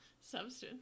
substance